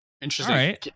Interesting